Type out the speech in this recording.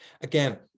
Again